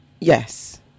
yes